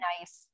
nice